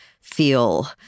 feel